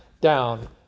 down